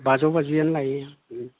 बाजौ बाजियानो लायो